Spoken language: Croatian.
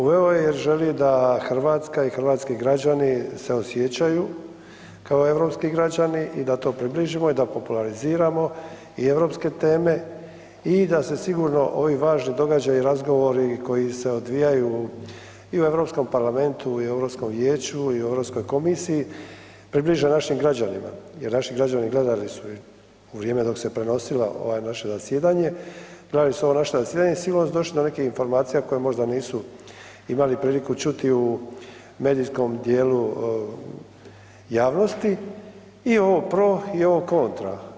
Uveo je jer želi da RH i hrvatski građani se osjećaju kao europski građani i da to približimo i da populariziramo i europske teme i da se sigurno ovi važni događaji i razgovori koji se odvijaju i u Europskom parlamentu i u Europskom vijeću i u Europskoj komisiji približe našim građanima jer naši građani gledali su i u vrijeme dok se prenosilo ovo naše predsjedanje, gledali su ovo naše zasjedanje i sigurno su došli do nekih informacija koje možda nisu imali priliku čuti u medijskom dijelu javnosti i ovo pro i ovo kontra.